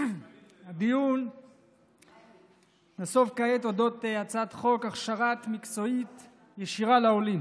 הדיון נסב כעת על הצעת חוק הכשרה מקצועית ישירה לעולים,